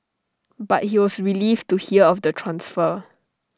but he was relieved to hear of the transfer